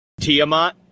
Tiamat